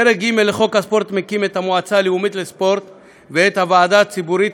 פרק ג' לחוק הספורט מקים את המועצה הלאומית לספורט ואת הוועדה הציבורית,